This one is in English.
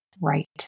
right